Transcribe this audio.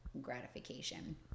gratification